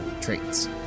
traits